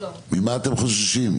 ממה אתם חוששים?